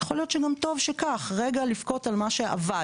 יכול להיות שגם טוב שכך, רגע לבכות על מה שאבד.